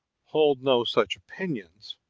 hold no such opinions,